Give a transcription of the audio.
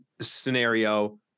scenario